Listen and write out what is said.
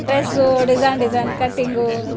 dress design design cutting